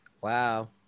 Wow